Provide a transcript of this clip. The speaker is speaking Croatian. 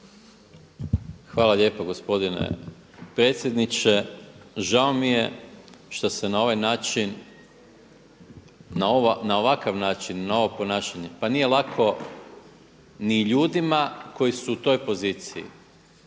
Hvala lijepa gospodine potpredsjedniče. žao mi je što se na ovaj način na ovakav način na ovo ponašanje pa nije lako ni ljudima koji su u toj poziciji.